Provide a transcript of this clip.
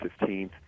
15th